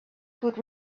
could